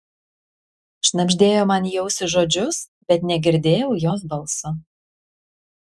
šnabždėjo man į ausį žodžius bet negirdėjau jos balso